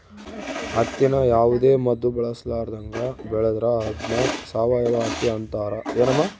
ಹತ್ತಿನ ಯಾವುದೇ ಮದ್ದು ಬಳಸರ್ಲಾದಂಗ ಬೆಳೆದ್ರ ಅದ್ನ ಸಾವಯವ ಹತ್ತಿ ಅಂತಾರ